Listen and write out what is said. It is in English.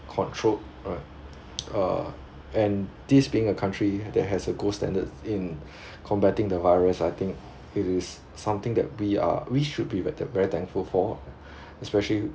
controlled right uh and this being a country that has a gold standard in combating the virus I think it is something that we are we should be better very thankful for especially